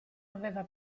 aveva